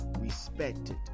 respected